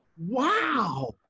Wow